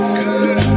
good